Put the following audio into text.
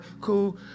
Cool